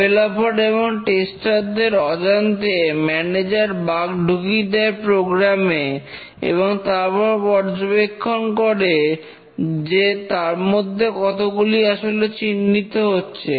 developer এবং tester দের অজান্তে ম্যানেজার বাগ ঢুকিয়ে দেয় প্রোগ্রামে এবং তারপর পর্যবেক্ষণ করে যে তার মধ্যে কতগুলি আসলে চিহ্নিত হচ্ছে